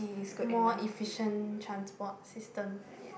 more efficient transport system ya